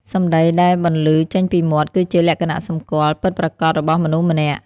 សម្ដីដែលបន្លឺចេញពីមាត់ គឺជា លក្ខណៈសម្គាល់ ពិតប្រាកដរបស់មនុស្សម្នាក់។